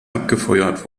abgefeuert